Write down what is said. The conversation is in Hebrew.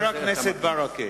חבר הכנסת ברכה,